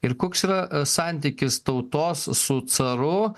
ir koks yra santykis tautos su caru